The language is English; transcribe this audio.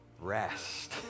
Rest